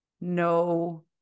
No